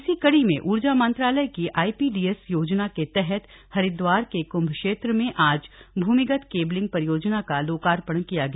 इसी कड़ी में ऊर्जा मंत्रालय की आईपीडीएस योजना के तहत हरिदवार के कृंभ क्षेत्र में आज भूमिगत केबलिंग परियोजना का लोकार्पण किया गया